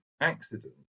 accident